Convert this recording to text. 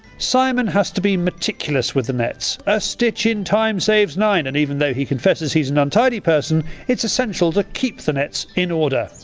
simon has to be meticulous with the nets a stitch in time saves nine and even though he confesses he's an untidy person it's essential to keep those nets in order.